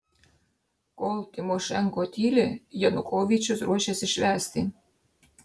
kol tymošenko tyli janukovyčius ruošiasi švęsti